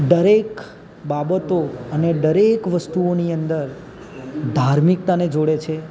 દરેક બાબતો અને દરેક વસ્તુઓની અંદર ધાર્મિકતાને જોડે છે